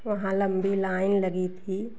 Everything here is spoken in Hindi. वहाँ लंबी लाइन लगी थी